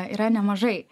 yra nemažai